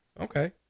Okay